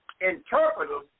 interpreters